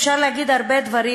אפשר להגיד הרבה דברים,